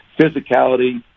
physicality